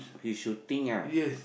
he shooting ah